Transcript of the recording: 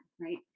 right